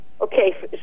Okay